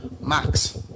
max